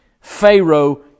Pharaoh